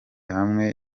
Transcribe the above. hamwe